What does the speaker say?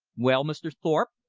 well, mr. thorpe,